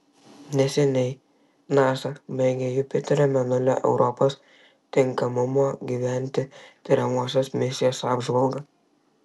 neseniai nasa baigė jupiterio mėnulio europos tinkamumo gyventi tiriamosios misijos apžvalgą